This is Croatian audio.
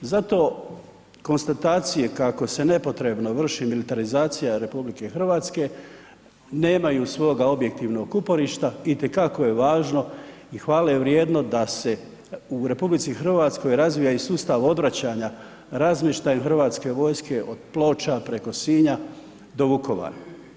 Zato konstatacije kako se nepotrebno vrši militarizacija RH nemaju svoga objektivnog uporišta i te kako je važno i hvale vrijedno da se u RH razvija sustav odvraćanja razmještajem Hrvatske vojske od Ploča preko Sinja do Vukovara.